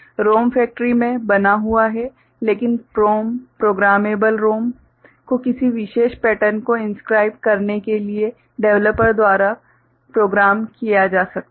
ROM factory मे बना हुआ है लेकिन PROM प्रोग्रामेबल ROM को किसी विशेष पैटर्न को इंस्क्राइब करने के लिए डेवलपर द्वारा प्रोग्राम किया जा सकता है